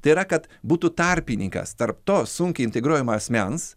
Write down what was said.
tai yra kad būtų tarpininkas tarp to sunkiai integruojamo asmens